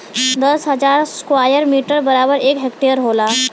दस हजार square metre बराबर एक हेक्टेयर होला